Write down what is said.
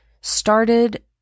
started